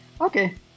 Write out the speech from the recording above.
Okay